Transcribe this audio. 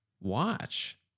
watch